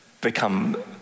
become